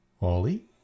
Ollie